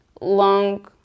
long